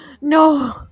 No